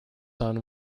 son